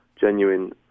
genuine